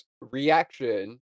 Reaction